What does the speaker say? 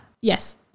yes